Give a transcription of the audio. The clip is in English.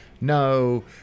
no